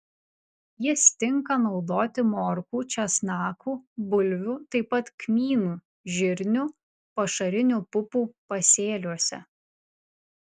jis tinka naudoti morkų česnakų bulvių taip pat kmynų žirnių pašarinių pupų pasėliuose